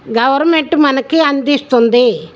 government మనకి అందిస్తుంది